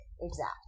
exact